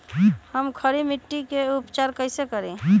हम खड़ी मिट्टी के उपचार कईसे करी?